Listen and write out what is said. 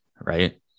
right